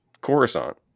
Coruscant